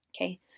Okay